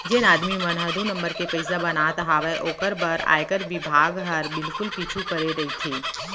जेन आदमी मन ह दू नंबर के पइसा बनात हावय ओकर बर आयकर बिभाग हर बिल्कुल पीछू परे रइथे